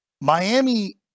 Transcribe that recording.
Miami